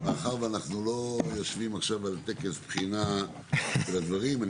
מאחר שאנחנו לא יושבים עכשיו על טקס בחינה לדברים אני